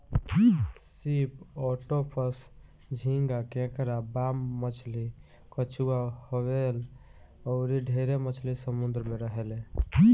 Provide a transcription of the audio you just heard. सीप, ऑक्टोपस, झींगा, केकड़ा, बाम मछली, कछुआ, व्हेल अउर ढेरे मछली समुंद्र में रहेले